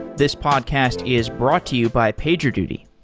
this podcast is brought to you by pagerduty.